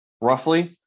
roughly